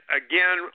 again